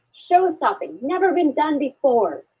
show stopping. never been done before.